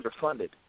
underfunded